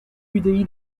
udi